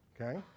okay